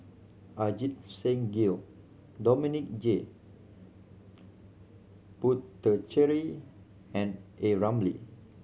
Ajit Singh Gill Dominic J Puthucheary and A Ramli